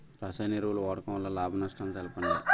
రసాయన ఎరువుల వాడకం వల్ల లాభ నష్టాలను తెలపండి?